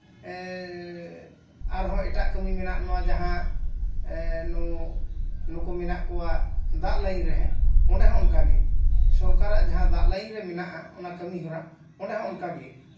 ᱟᱨᱦᱚᱸ ᱮᱴᱟᱜ ᱠᱟᱹᱢᱤ ᱢᱮᱱᱟᱜ ᱡᱟᱦᱟᱸ ᱱᱩᱠᱩ ᱢᱮᱱᱟᱜ ᱠᱚᱣᱟ ᱫᱟᱜ ᱞᱟᱹᱭᱤᱱ ᱨᱮ ᱚᱸᱰᱮ ᱦᱚᱸ ᱚᱱᱠᱟᱜᱮ ᱥᱚᱨᱠᱟᱨᱟᱜ ᱡᱟᱦᱟᱸ ᱫᱟᱜ ᱞᱟᱭᱤᱱ ᱨᱮ ᱢᱮᱱᱟᱜᱼᱟ ᱚᱱᱟ ᱠᱟᱹᱢᱤᱦᱚᱨᱟ ᱚᱸᱰᱮ ᱦᱚᱸ ᱚᱱᱠᱟᱜᱮ